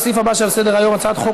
לסעיף הבא שעל סדר-היום: הצעת חוק